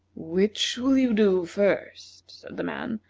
which will you do first, said the man,